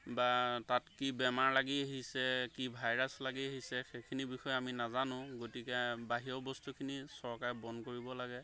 বা তাত কি বেমাৰ লাগি আহিছে কি ভাইৰাছ লাগি আহিছে সেইখিনি বিষয়ে আমি নাজানো গতিকে বাহিৰৰ বস্তুখিনি চৰকাৰে বন্ধ কৰিব লাগে